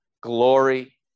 glory